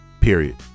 Period